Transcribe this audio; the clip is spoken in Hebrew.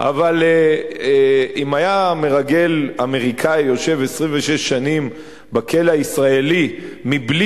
אבל אם היה מרגל אמריקני יושב 26 שנים בכלא הישראלי בלי